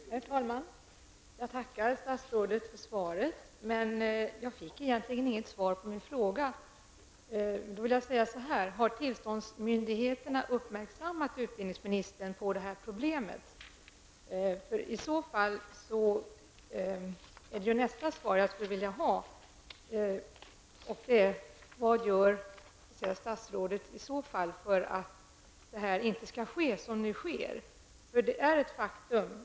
Herr talman! Jag tackar statsrådet för svaret, men jag fick egentligen inget svar på min fråga. Har tillståndsmyndigheterna uppmärksammat utbildningsministern på detta problem? Om så är fallet blir min nästa fråga: Vad gör statsrådet i så fall för att det som nu sker inte skall ske?